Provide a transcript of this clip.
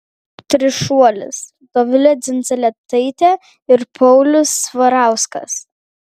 trišuolis dovilė dzindzaletaitė ir paulius svarauskas